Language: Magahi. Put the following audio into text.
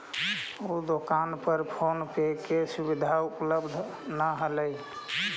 उ दोकान पर फोन पे के सुविधा उपलब्ध न हलई